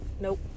nope